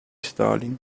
stalin